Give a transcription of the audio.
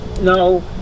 No